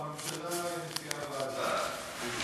ברורה, הממשלה תהיה, הוועדה.